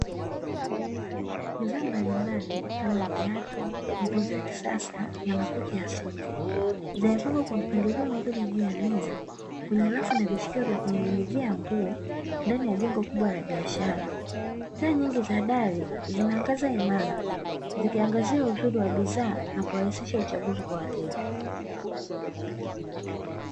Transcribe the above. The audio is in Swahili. Bidhaa mbalimbali kama viatu, nguo za kisasa na makoti ya suti. Zimepangwa kwa mpangilio mzuri juu ya meza kwenye rafu na vishikio vya kuninginizia nguo, ndani ya jengo kubwa la biashara. Taa nyingi za dari zinaangaza imara, zikiangazia uzuri wa bidhaa na kurahisisha uchaguzi kwa wateja.